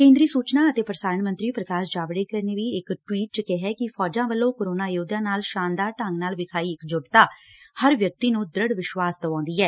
ਕੇਂਦਰੀ ਸੁਚਾ ਅਤੇ ਪੁਸਾਰਣ ਮੰਤਰੀ ਪੁਕਾਸ਼ ਜਾਵੜੇਕਰ ਨੇ ਇਕ ਟਵੀਟ 'ਚ ਕਿਹੈ ਕਿ ਫੌਜਾਂ ਵਲੋਂ ਕੋਰੋਨਾ ਯੋਧਿਆਂ ਨਾਲ ਸ਼ਾਨਦਾਰ ਢੰਗ ਨਾਲ ਵਿਖਾਈ ਇੱਕਜੁਟਤਾ ਹਰ ਵਿਅਕਤੀ ਨੂੰ ਦ੍ਰਿਤ ਵਿਸ਼ਵਾਸ ਦਵਾਉਦੀ ਏ